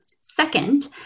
Second